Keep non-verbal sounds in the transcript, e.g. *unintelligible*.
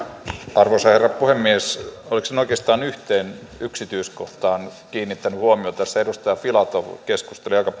arvoisa herra puhemies olisin oikeastaan yhteen yksityiskohtaan kiinnittänyt huomiota tässä edustaja filatov keskusteli aika *unintelligible*